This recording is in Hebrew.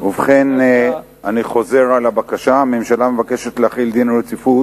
ובכן אני חוזר על הבקשה: הממשלה מבקשת להחיל דין רציפות